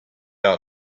out